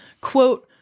Quote